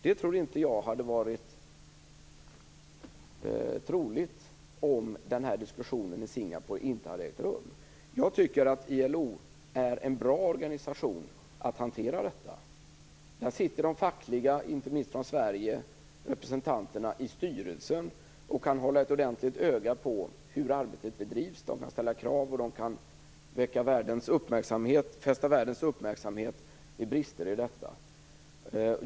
Det hade nog inte varit troligt om diskussionen i Singapore inte hade ägt rum. ILO är en bra organisation för att hantera detta. Där sitter fackliga representanter - inte minst från Sverige - i styrelsen och kan hålla ett öga på hur arbetet bedrivs. De kan ställa krav och de kan fästa världens uppmärksamhet på de brister som finns.